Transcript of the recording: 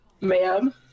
ma'am